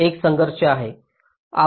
एक संघर्ष आहे